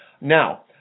Now